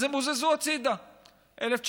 אז הם הוזזו הצידה ב-1979.